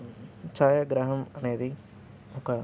ఛాయాగ్రహం అనేది ఒక